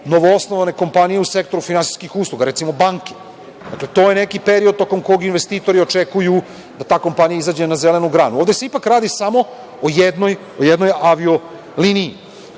novoosnovane kompanije u sektoru finansijskih usluga, recimo banke. Dakle, to je neki period tokom kog investitori očekuju da ta kompanija izađe na zelenu granu. Ovde se ipak radi samo o jednoj avio-liniji.